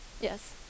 Yes